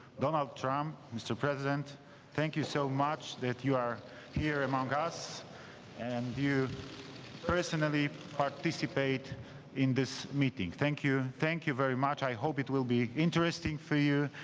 donald trump. mr. president thank you so much that you are here among us and you personally participate in this meeting. thank thank you very much i hope it will be interesting for you,